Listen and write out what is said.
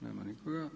Nema nikoga.